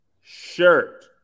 Shirt